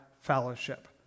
fellowship